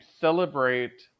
celebrate